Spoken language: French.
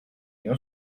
bien